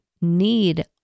need